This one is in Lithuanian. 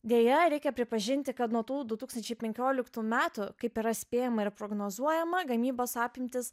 deja reikia pripažinti kad nuo tų du tūkstančiai penkioliktų metų kaip yra spėjama ir prognozuojama gamybos apimtys